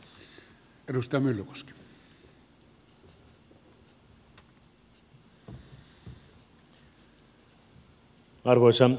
arvoisa herra puhemies